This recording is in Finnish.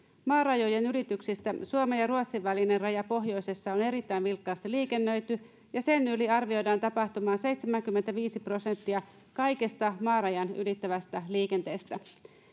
maarajojen ylityksistä suomen ja ruotsin välinen raja pohjoisessa on erittäin vilkkaasti liikennöity ja sen yli arvioidaan tapahtuvan seitsemänkymmentäviisi prosenttia kaikesta maarajan ylittävästä liikenteestä